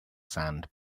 sand